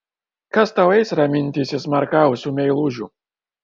kas tau eis raminti įsismarkavusių meilužių